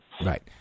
Right